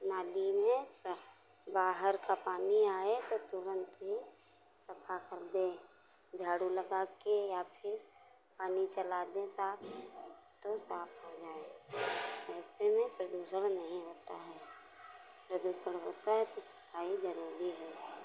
नाली में सब बाहर का पानी आए तो तुरंत ही साफ कर दें झाड़ू लगा के या फिर पानी चला दें साफ तो साफ हो जाए ऐसे में प्रदूषण नहीं होता है प्रदूषण होता है तो सफाई जरूरी है